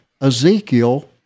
Ezekiel